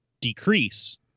decrease